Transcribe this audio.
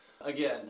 again